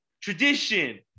tradition